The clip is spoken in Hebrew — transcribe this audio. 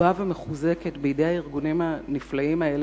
מגובה ומחוזקת בידי הארגונים הנפלאים האלה,